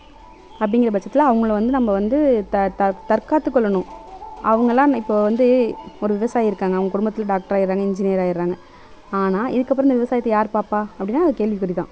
அப்படிங்குற பட்சத்தில் அவங்கள வந்து நம்ம வந்து தற்காத்து கொள்ளணும் அவங்கலாம் இப்போது வந்து ஒரு விவசாயி இருக்காங்க அவங்க குடும்பத்தில் டாக்டர் ஆயிடறாங்க இன்ஜினியர் ஆயிடறாங்க ஆனால் இதுக்கு அப்பறம் இந்த விவசாயத்தை யார் பார்ப்பா அப்படின்னா ஒரு கேள்வி குறிதான்